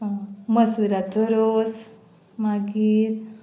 मसुराचो रोस मागीर